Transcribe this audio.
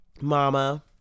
Mama